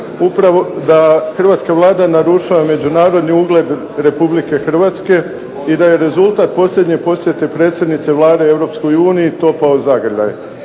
rekao da hrvatska Vlada narušava međunarodni ugled Republike Hrvatske i da je rezultata posljednje posjete predsjednice Vlade Europskoj